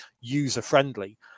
user-friendly